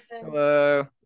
Hello